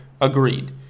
Agreed